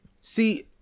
See